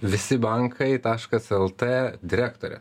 visi bankai taškas el t direktore